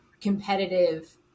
competitive